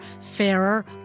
fairer